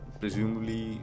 presumably